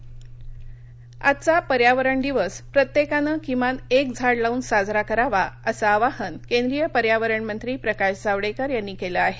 पर्यावरण आजचा पर्यावरण दिवस प्रत्येकानं किमान एक झाड लावून साजरा करावा असं आवाहन केंद्रीय पर्यावरणमंत्री प्रकाश जावडेकर यांनी केलं आहे